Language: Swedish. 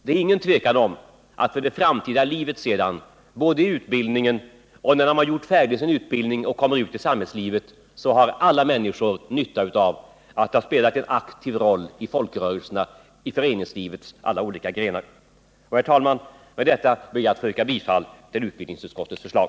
Det är inget tvivel om att alla människor för det framtida livet, både i utbildningen och när de avslutar sin utbildning och kommer ut i samhällslivet, har nytta av att ha spelat en aktiv roll i folkrörelser, i föreningslivets alla olika grenar. Herr talman! Med detta ber jag att få yrka bifall till utskottets förslag.